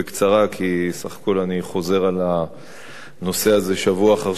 כי בסך הכול אני חוזר על הנושא הזה שבוע אחר שבוע.